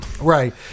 right